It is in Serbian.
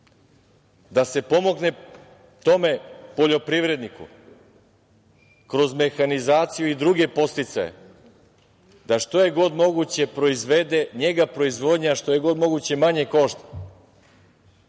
da se pomogne tom poljoprivredniku kroz mehanizaciju i druge podsticaje da što je god moguće njega proizvodnja što je god moguće manje košta,